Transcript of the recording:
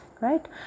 right